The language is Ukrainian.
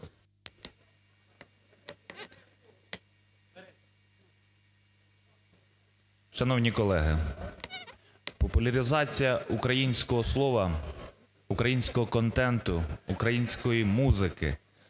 Шановні колеги! Популяризація українського слова, українського контенту, української музики,